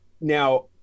Now